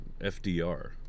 FDR